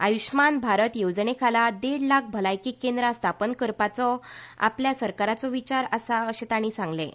आयुशमान भारत येवजणे खाला देड लाख भलायकी केंद्रा स्थापन करपाचो आपल्या सरकाराचो विचार आसा अशें तांणी सांगलें